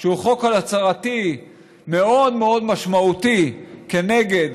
שהוא חוק הצהרתי מאוד מאוד משמעותי כנגד